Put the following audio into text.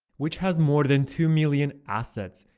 which has more than two million assets.